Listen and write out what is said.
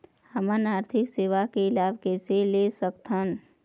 हमन आरथिक सेवा के लाभ कैसे ले सकथन?